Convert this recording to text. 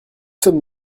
sommes